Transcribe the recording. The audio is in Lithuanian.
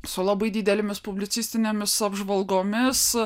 su labai didelėmis publicistinėmis apžvalgomis